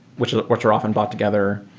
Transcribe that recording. which are which are often brought together.